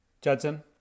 Judson